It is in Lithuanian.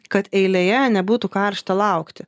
kad eilėje nebūtų karšta laukti